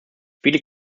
viele